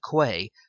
quay